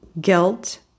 guilt